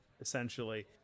essentially